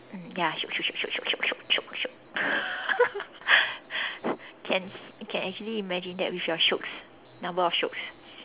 mm ya shiok shiok shiok shiok shiok shiok can can actually imagine that with your shiok number of shiok